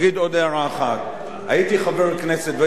הייתי חבר כנסת והייתי שותף לדיונים עוד